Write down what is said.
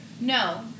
No